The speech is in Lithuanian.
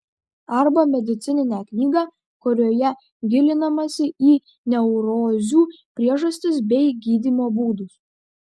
arba medicininę knygą kurioje gilinamasi į neurozių priežastis bei gydymo būdus